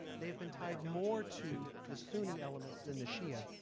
they have been tied more to the sunni elements then the shia,